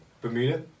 Bermuda